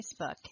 Facebook